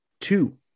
two